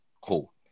cool